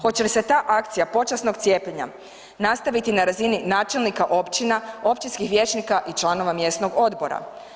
Hoće li se ta akcija počasnog cijepljenja nastaviti na razini načelnika općina, općinskih vijećnika i članova mjesnog odbora?